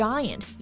Giant